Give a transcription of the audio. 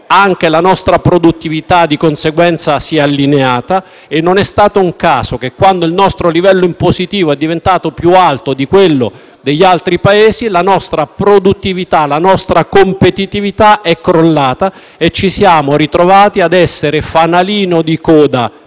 anche la nostra produttività si è allineata; ugualmente, non è stato un caso che quando il nostro livello impositivo è diventato più alto di quello degli altri Paesi, la nostra produttività e la nostra competitività sono crollate e ci siamo ritrovati ad essere non solo fanalino di coda